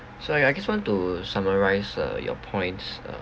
so I I just want to summarise uh your points uh